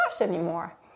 anymore